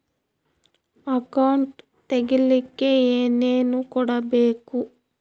Account ತೆಗಿಲಿಕ್ಕೆ ಏನೇನು ಕೊಡಬೇಕು?